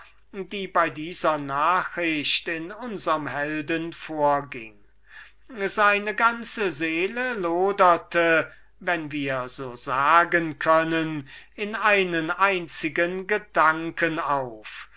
die bei dieser nachricht in unserm helden vorging seine ganze seele loderte wenn wir so sagen können in einen einzigen gedanken auf aber